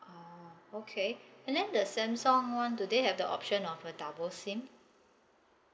ah okay and then the samsung [one] do they have the option of a double SIM